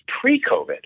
pre-COVID